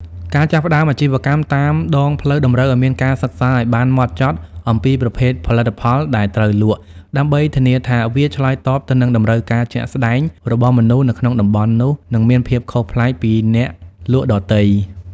ការចាប់ផ្ដើមអាជីវកម្មតាមដងផ្លូវតម្រូវឱ្យមានការសិក្សាឱ្យបានហ្មត់ចត់អំពីប្រភេទផលិតផលដែលត្រូវលក់ ដើម្បីធានាថាវាឆ្លើយតបទៅនឹងតម្រូវការជាក់ស្ដែងរបស់មនុស្សនៅក្នុងតំបន់នោះ និងមានភាពខុសប្លែកពីអ្នកលក់ដទៃ។